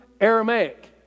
Aramaic